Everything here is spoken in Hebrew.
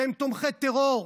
שהם תומכי טרור.